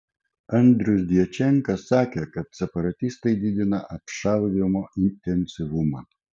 andrijus djačenka sakė kad separatistai didina apšaudymo intensyvumą